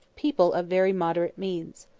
people of very moderate means.